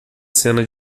cena